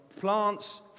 plants